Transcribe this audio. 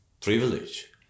privilege